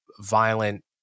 violent